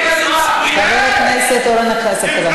חבר הכנסת אורן אסף חזן,